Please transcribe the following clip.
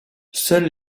seul